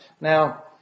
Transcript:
Now